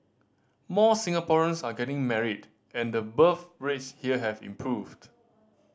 more Singaporeans are getting married and the birth rates here have improved